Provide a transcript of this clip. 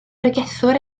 bregethwr